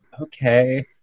Okay